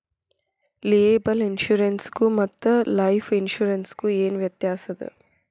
Liable insurance ಗು ಮತ್ತ life insurance ಗು ಏನ್ ವ್ಯಾತ್ಯಾಸದ?